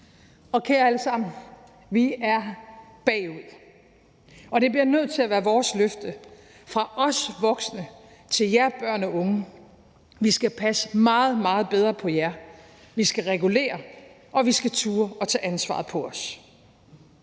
Og kære alle sammen: Vi er bagud. Og det bliver nødt til at være vores løfte, fra os voksne til jer børn og unge, at vi skal passe meget, meget bedre på jer; vi skal regulere, og at vi skal turde at tage ansvaret på os.